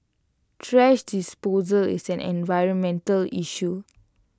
thrash disposal is an environmental issue